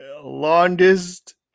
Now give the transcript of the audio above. longest